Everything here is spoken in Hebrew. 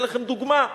אתן לכם דוגמה.